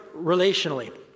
relationally